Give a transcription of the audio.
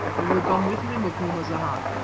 if you will come with me, macumazahn.